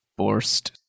Borst